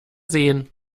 sehen